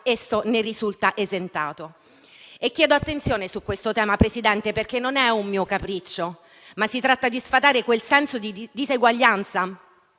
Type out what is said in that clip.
ne risulta esentato. Chiedo attenzione su questo tema, signor Presidente, perché non è un mio capriccio, ma si tratta di sfatare quel senso di diseguaglianza